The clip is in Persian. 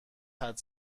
حدس